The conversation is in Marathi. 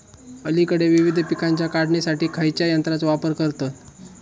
अलीकडे विविध पीकांच्या काढणीसाठी खयाच्या यंत्राचो वापर करतत?